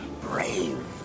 Brave